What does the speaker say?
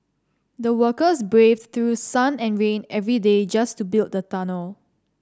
the workers braved through sun and rain every day just to build the tunnel